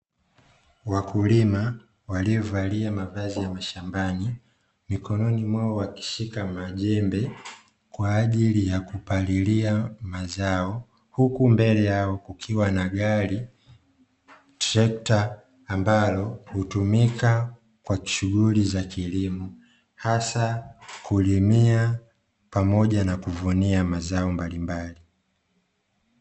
Wakulima waliovalia mavazi ya mashambani mikononi mwao wakishika majembe kwa ajili ya kupalilia mazao; huku mbele yao kukiwa na gari, trekta ambalo hutumika kwa shughuli za kilimo hasa kulimia pamoja na kuvunia mazao mbalimbali.